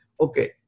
Okay